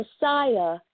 messiah